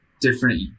Different